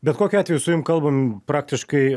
bet kokiu atveju su jum kalbam praktiškai